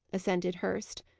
assented hurst.